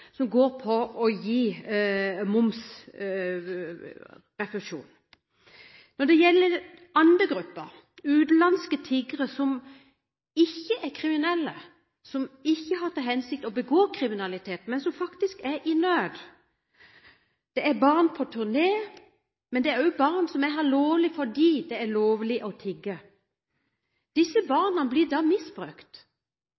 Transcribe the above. som går på å gi momsrefusjon. Så er det den andre gruppen, utenlandske tiggere som ikke er kriminelle, som ikke har til hensikt å begå kriminalitet, men som faktisk er i nød – det er barn på turné, men det er også barn som er her lovlig fordi det er lovlig å tigge. Disse